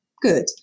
good